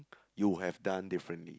you would have done differently